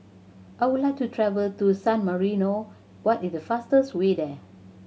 I would like to travel to San Marino what is the fastest way there